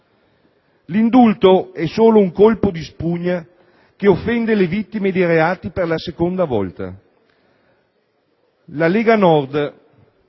L'indulto è solo un colpo di spugna che offende le vittime dei reati per la seconda volta.